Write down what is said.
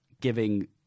giving